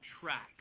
track